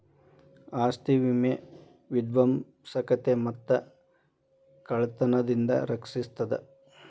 ಆಸ್ತಿ ವಿಮೆ ವಿಧ್ವಂಸಕತೆ ಮತ್ತ ಕಳ್ತನದಿಂದ ರಕ್ಷಿಸ್ತದ